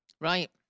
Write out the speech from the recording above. Right